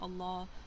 Allah